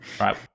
right